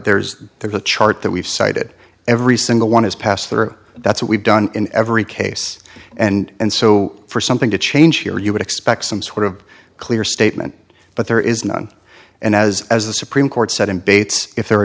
there's there's a chart that we've cited every single one has passed that or that's what we've done in every case and so for something to change here you would expect some sort of clear statement but there is none and as as the supreme court said in bates if there are